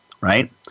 right